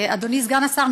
אדוני סגן השר,